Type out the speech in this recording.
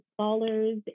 scholars